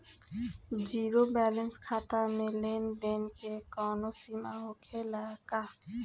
Zero balance खाता में लेन देन के कवनो सीमा होखे ला का?